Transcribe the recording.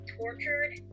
tortured